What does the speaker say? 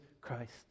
Christ